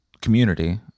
community